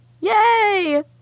Yay